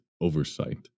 oversight